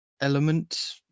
element